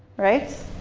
right.